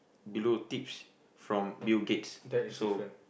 below tips from Bill-Gates so